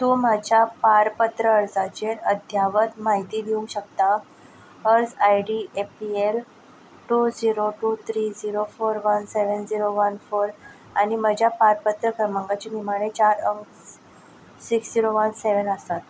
तूं म्हज्या पारपत्र अर्जाचेर अध्यावत म्हायती दिवंक शकता अर्ज I D A P L two zero two three zero four one seven zero one four आनी म्हज्या पारपत्र क्रमांकाचे निमाणें चार अंक सिक्स झिरो वान सेवन आसात